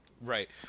Right